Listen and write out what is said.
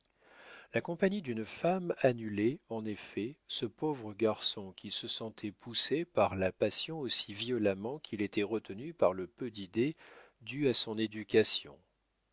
la compagnie d'une femme annulait en effet ce pauvre garçon qui se sentait poussé par la passion aussi violemment qu'il était retenu par le peu d'idées dû à son éducation